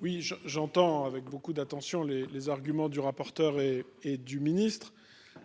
Oui je, j'entends avec beaucoup d'attention les les arguments du rapporteur. Et du ministre.